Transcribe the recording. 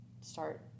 start